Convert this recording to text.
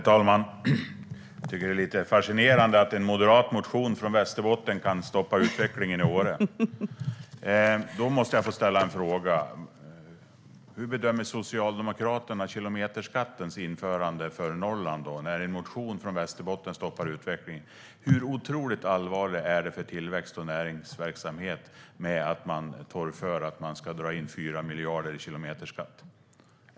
Då måste jag få ställa några frågor. Hur bedömer Socialdemokraterna kilometerskattens införande för Norrland när en motion från Västerbotten stoppar utvecklingen? Hur otroligt allvarligt är det för tillväxt och näringsverksamhet att man torgför att man ska dra in 4 miljarder i kilometerskatt?